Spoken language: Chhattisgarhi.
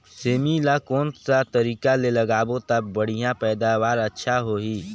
सेमी ला कोन सा तरीका ले लगाबो ता बढ़िया पैदावार अच्छा होही?